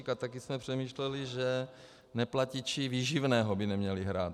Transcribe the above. A taky jsme přemýšleli, že neplatiči výživného by neměli hrát.